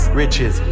riches